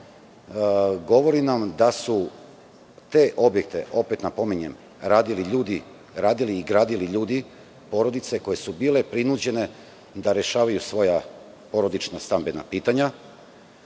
govori nam da su te objekte, opet napominjem, radili i gradili ljudi, porodice koje su bile prinuđene da rešavaju svoja porodična stambena pitanja